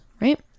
right